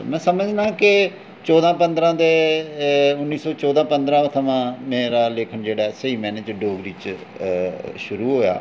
में समझना के चौदां पंदरां दे उन्नी सौ चौदां पंदरां थमां मेरा लेखन जेह्ड़ा ऐ स्हेई मायने च डोगरी च शुरू होएआ